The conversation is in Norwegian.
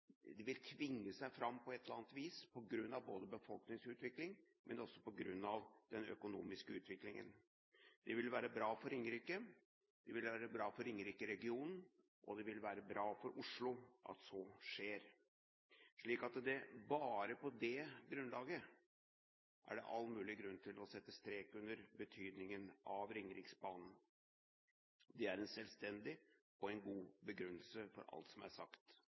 Det vil tvinge seg fram på et eller annet vis på grunn av befolkningsutvikling, men også på grunn av den økonomiske utviklingen. Det vil være bra for Ringerike, det vil være bra for Ringeriksregionen, og det vil være bra for Oslo at så skjer. Bare på det grunnlaget er det all mulig grunn til å sette strek under betydningen av Ringeriksbanen. Det er en selvstendig og en god begrunnelse for alt som er sagt.